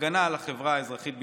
הגנה על החברה האזרחית בישראל,